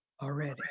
already